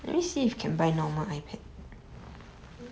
mm